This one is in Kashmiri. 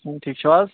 ٹھیٖک چھُو حظ